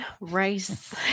rice